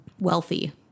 wealthy